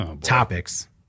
topics